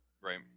Right